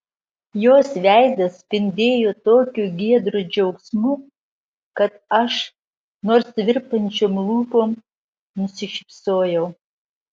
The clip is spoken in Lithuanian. jos veidas spindėjo tokiu giedru džiaugsmu kad aš nors virpančiom lūpom nusišypsojau